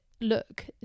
look